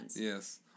Yes